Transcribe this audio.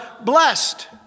blessed